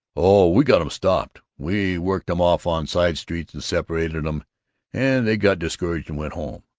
oh, we got em stopped. we worked em off on side streets and separated em and they got discouraged and went home.